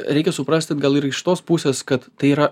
reikia suprasti gal ir iš tos pusės kad tai yra